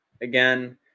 again